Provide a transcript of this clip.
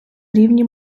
рівні